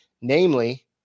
namely